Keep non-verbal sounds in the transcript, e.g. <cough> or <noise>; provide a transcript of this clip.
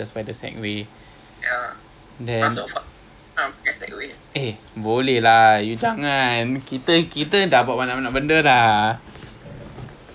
ya lah but really looks good lah this section letak <noise> yucks <noise> okay